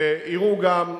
שיראו גם,